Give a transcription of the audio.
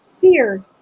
fear